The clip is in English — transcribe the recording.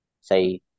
say